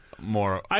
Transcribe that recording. more